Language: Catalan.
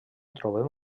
trobem